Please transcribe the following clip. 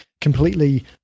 completely